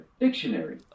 dictionary